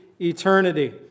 eternity